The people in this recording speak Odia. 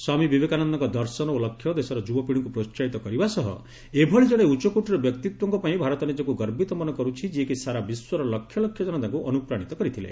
ସ୍ୱାମୀ ବିବେକାନନ୍ଦଙ୍କ ଦର୍ଶନ ଓ ଲକ୍ଷ୍ୟ ଦେଶର ଯୁବପିଢ଼ିକୁ ପ୍ରୋସାହିତ କରିବା ସହ ଏଭଳି ଜଣେ ଉଚ୍ଚକୋଟୀର ବ୍ୟକ୍ତିତ୍ୱଙ୍କ ପାଇଁ ଭାରତ ନିଜକୁ ଗର୍ବିତ ମନେ କର୍ତ୍ଥି ଯିଏକି ସାରା ବିଶ୍ୱର ଲକ୍ଷ ଲକ୍ଷ ଜନତାକୁ ଅନୁପ୍ରାଣିତ କରିଥିଲେ